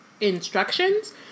instructions